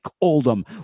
Oldham